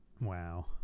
Wow